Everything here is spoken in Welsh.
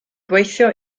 gweithio